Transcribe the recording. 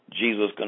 Jesus